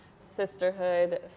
sisterhood